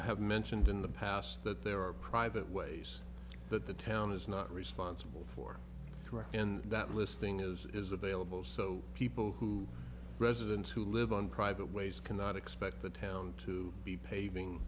have mentioned in the past that there are private ways that the town is not responsible for and that listing is available so people who residents who live on private ways cannot expect the town to be paving